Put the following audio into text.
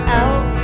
out